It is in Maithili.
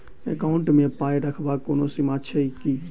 एकाउन्ट मे पाई रखबाक कोनो सीमा छैक की?